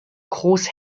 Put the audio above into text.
coarse